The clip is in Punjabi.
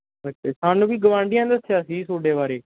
ਅੱਛਾ ਸਾਨੂੰ ਵੀ ਗਵਾਂਢੀਆਂ ਨੇ ਦੱਸਿਆ ਸੀ ਤੁਹਾਡੇ ਬਾਰੇ